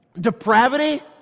depravity